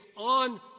on